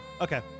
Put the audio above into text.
okay